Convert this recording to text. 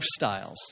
lifestyles